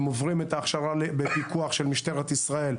הם עוברים את ההכשרה בפיקוח של משטרת ישראל,